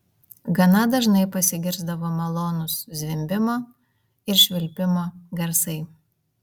gana dažnai pasigirsdavo malonūs zvimbimo ir švilpimo garsai